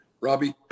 Robbie